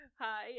hi